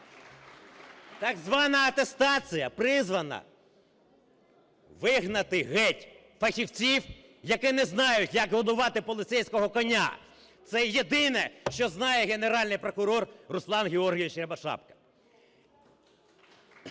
так звана атестація призвана вигнати геть фахівців, які не знають, як годувати поліцейського коня. Це єдине, що знає Генеральний прокурор Руслан Георгійович Рябошапка.